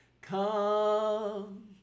Come